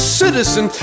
citizen